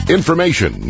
Information